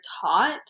taught